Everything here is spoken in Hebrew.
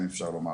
אם אפשר לומר